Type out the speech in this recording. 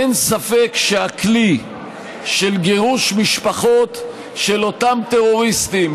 אין ספק שהכלי של גירוש משפחות של אותם טרוריסטים,